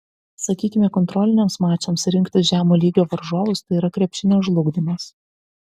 sakykime kontroliniams mačams rinktis žemo lygio varžovus tai yra krepšinio žlugdymas